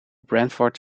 branford